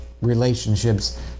relationships